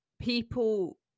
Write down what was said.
people